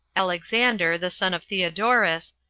alexander, the son of theodorus,